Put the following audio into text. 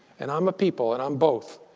and i'm a people, and i'm both.